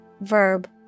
verb